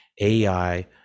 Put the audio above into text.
AI